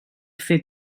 fer